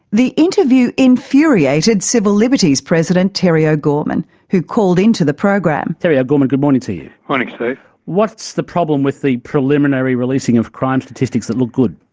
the interview infuriated civil liberties president terry o'gorman, who called in to the program. terry o'gorman, good morning to you. morning steve. what's the problem with the preliminary releasing of crime statistics that look good?